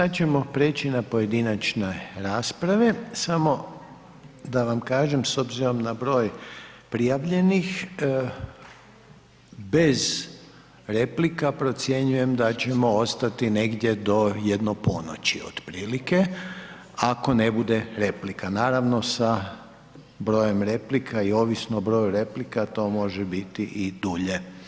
E, sad ćemo preći na pojedinačne rasprave, samo da vam kažem s obzirom na broj prijavljenih, bez replika procjenjujem da ćemo ostati negdje do jedno ponoći otprilike ako ne bude replika, naravno sa brojem replika i ovisno o broju replika to može biti i dulje.